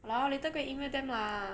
!walao! later go and email them lah